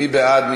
מי בעד?